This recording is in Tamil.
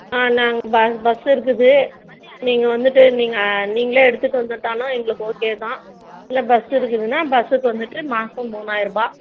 ஆ நாங்கள் ப பஸ்ஸு இருக்குது நீங்கள் வந்துட்டு நீங்கள் நீங்களே எடுத்துகிட்டு வந்துட்டாலும் எங்களுக்கு ஓகே தான் இல்லை பஸ் இருக்குதுன்னா பஸ்ஸுக்கு வந்துட்டு மாசம் மூணாயிருபாய்